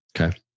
Okay